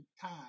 time